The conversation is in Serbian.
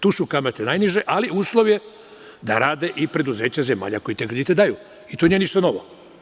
Tu su kamate najniže, ali uslov je da rade i preduzeća zemalja koje te kredite daju i to nije ništa novo.